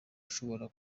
ushobora